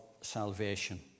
salvation